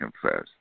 confess